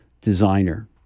designer